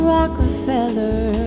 Rockefeller